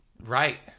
Right